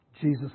Jesus